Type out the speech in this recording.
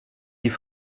die